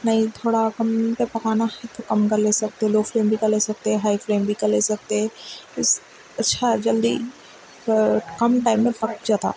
نہیں تھوڑا کم پہ پکانا ہے تو کم کر لے سکتے لو فلیم بھی کر لے سکتے ہائی فلیم بھی کر لے سکتے تو اس اچھا جلدی کم ٹائم میں پک جاتا